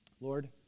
Lord